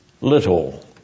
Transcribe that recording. little